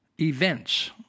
events